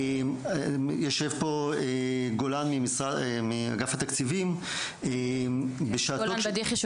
ישוב פה גולן מאגף התקציבים --- גולן בדיחי,